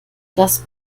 das